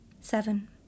Seven